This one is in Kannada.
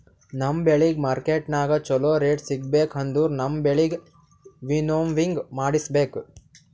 ನಮ್ ಬೆಳಿಗ್ ಮಾರ್ಕೆಟನಾಗ್ ಚೋಲೊ ರೇಟ್ ಸಿಗ್ಬೇಕು ಅಂದುರ್ ನಮ್ ಬೆಳಿಗ್ ವಿಂನೋವಿಂಗ್ ಮಾಡಿಸ್ಬೇಕ್